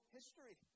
history